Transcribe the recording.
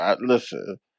listen